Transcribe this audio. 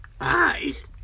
Eyes